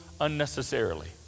unnecessarily